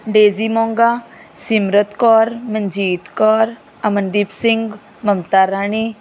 Daisy Monga Simrat Kaur Manjeet Kaur Amandeep Singh Mamta Rani